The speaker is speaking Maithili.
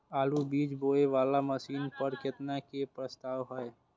आलु बीज बोये वाला मशीन पर केतना के प्रस्ताव हय?